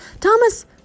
Thomas